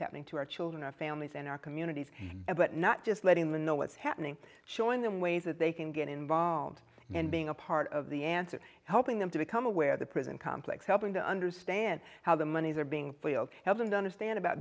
happening to our children our families and our communities about not just letting them know what's happening showing them ways that they can get involved and being a part of the answer helping them to become aware of the prison complex helping to understand how the monies are being held and understand about